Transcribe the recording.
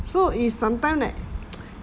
so is sometimes that